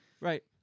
Right